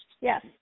Yes